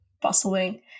bustling